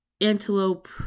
antelope